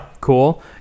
Cool